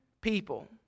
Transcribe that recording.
people